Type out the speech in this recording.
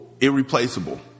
Irreplaceable